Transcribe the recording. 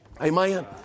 Amen